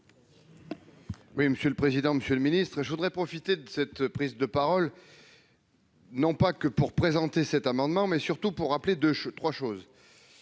Oui, monsieur le président, Monsieur le ministre et je voudrais profiter de cette prise de parole. Non pas que pour présenter cet amendement, mais surtout pour rappeler deux 3 choses